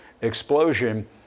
explosion